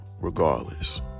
regardless